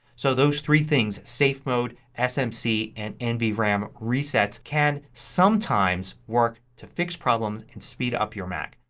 so those three things. safe mode, smc, and nvram resets can sometimes work to fix problems and speed up your mac.